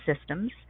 systems